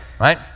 Right